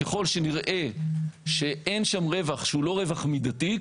ככל שנראה שאין שם רווח שהוא לא רווח מידתי,